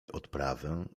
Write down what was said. odprawę